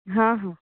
ହଁ ହଁ